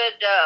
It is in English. good